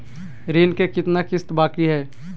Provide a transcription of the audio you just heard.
ऋण के कितना किस्त बाकी है?